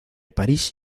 parís